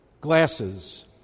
glasses